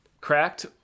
cracked